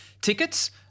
tickets